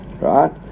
Right